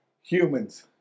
humans